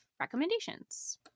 recommendations